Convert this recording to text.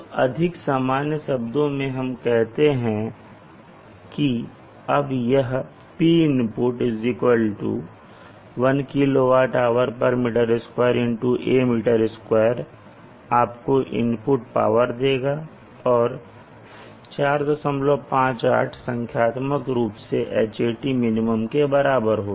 तो अधिक सामान्य शब्दों में हम कहते हैं की अब यह Pin 1 kWm2 आपको इनपुट पावर देगा और 458 संख्यात्मक रूप से Hat min के बराबर होगा